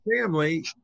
family